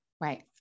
Right